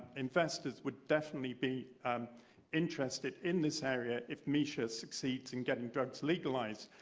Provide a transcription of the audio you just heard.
investors would definitely be interested in this area if misha succeeds in getting drugs legalized.